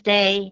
Day